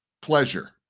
pleasure